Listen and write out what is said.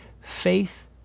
Faith